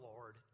Lord